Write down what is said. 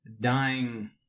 dying